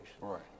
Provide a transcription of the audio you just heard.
Right